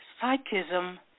psychism